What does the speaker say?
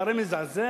זה הרי מזעזע.